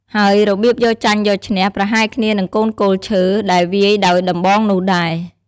ហើយរបៀបយកចាញ់យកឈ្នះ ប្រហែលគ្នានឹងកូនគោលឈើ ដែលវាយដោយដំបងនោះដែរ។